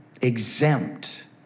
exempt